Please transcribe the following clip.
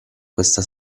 questa